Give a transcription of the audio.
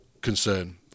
concern